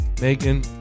Megan